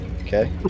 okay